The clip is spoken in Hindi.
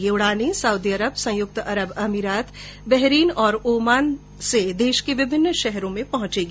ये उडाने साउदी अरब संयुक्त अरब अमीरात बहरीन ओमान से देश को विभिन्न शहरों में पहुंचेगी